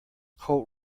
colt